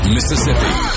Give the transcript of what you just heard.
Mississippi